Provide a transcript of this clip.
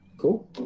Cool